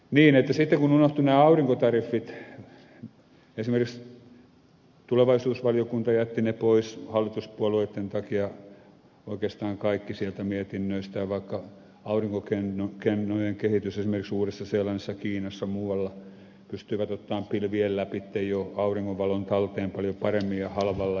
niin että sitten unohtuivat nämä aurinkotariffit niin esimerkiksi tulevaisuusvaliokunta jätti ne pois hallituspuolueitten takia oikeastaan kaiken sieltä mietinnöistään vaikka aurinkokennojen kehitys etenee esimerkiksi uudessa seelannissa kiinassa ja muualla pystyvät ottamaan pilvien läpitte jo auringonvalon talteen paljon paremmin ja halvalla